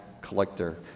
collector